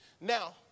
Now